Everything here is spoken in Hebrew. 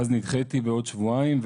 אז נדחיתי בעוד שבועיים,